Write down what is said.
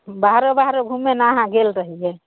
बाहरो बाहरो घूमे लए अहाँ गेल रहियै